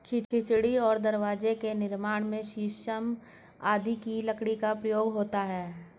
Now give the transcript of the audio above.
खिड़की और दरवाजे के निर्माण में शीशम आदि की लकड़ी का प्रयोग होता है